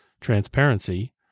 transparency